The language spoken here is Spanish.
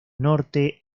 norte